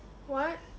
what